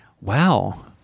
Wow